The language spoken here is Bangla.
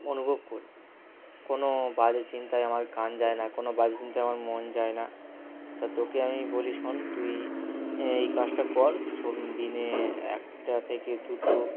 অনুভব করি কোনো বাজে চিন্তায় আমার কান যায় না কোনো বাজে চিন্তায় আমার মন যায় না তা তোকে আমি বলি শোন তুই এই কাজটা কর সব দিনে একটা থেকে দুটো